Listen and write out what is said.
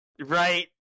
Right